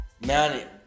man